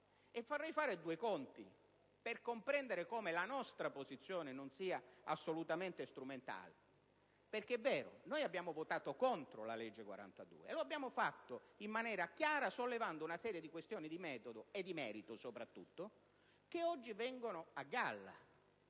Vorrei fare due conti per comprendere come la nostra posizione non sia assolutamente strumentale. È vero infatti che abbiamo votato contro la legge n. 42, e lo abbiamo fatto in maniera chiara, sollevando una serie di questioni, di metodo e di merito, soprattutto, che oggi vengono a galla.